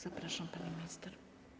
Zapraszam, pani minister.